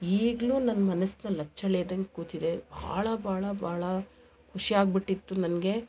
ಈಗಲೂ ನನ್ನ ಮನಸ್ನಲ್ಲಿ ಅಚ್ಚಳಿಯದಂಗೆ ಕೂತಿದೆ ಭಾಳ ಭಾಳ ಭಾಳ ಖುಷಿ ಆಗ್ಬಿಟ್ಟಿತ್ತು ನನಗೆ